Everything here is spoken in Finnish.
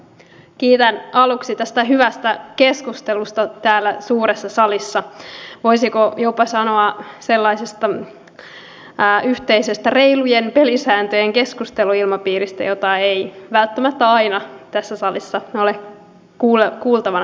kiitän aluksi tästä hyvästä keskustelusta täällä suuressa salissa voisiko jopa sanoa sellaisesta yhteisestä reilujen pelisääntöjen keskusteluilmapiiristä jota ei välttämättä aina tässä salissa kuulla